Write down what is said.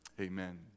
amen